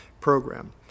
program